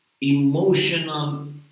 emotional